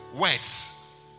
words